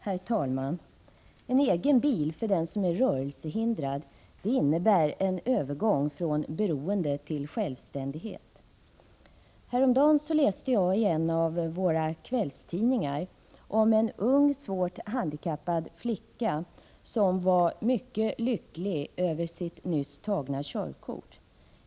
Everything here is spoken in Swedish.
Herr talman! En egen bil för den som är rörelsehindrad innebär en övergång från beroende till självständighet. Häromdagen läste jag i en av våra kvällstidningar om en ung, svårt handikappad flicka som var mycket lycklig över sitt nyss tagna körkort.